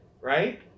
Right